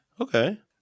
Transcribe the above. Okay